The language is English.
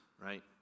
right